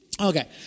Okay